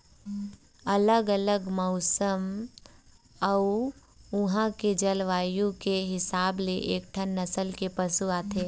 अलग अलग मउसन अउ उहां के जलवायु के हिसाब ले कइठन नसल के पशु आथे